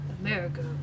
America